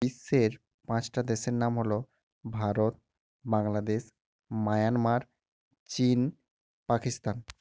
বিশ্বের পাঁচটা দেশের নাম হলো ভারত বাংলাদেশ মায়ানমার চীন পাকিস্তান